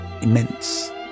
immense